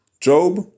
Job